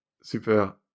super